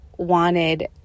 wanted